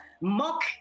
mock